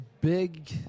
big